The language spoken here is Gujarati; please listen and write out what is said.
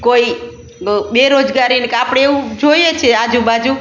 કોઈ બેરોજગારી ન કે આપણે એવું જોઈએ છીએ આજુબાજુ